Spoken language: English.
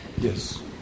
Yes